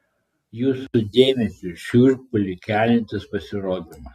jūsų dėmesiui šiurpulį keliantis pasirodymas